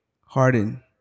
Harden